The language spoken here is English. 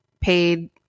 paid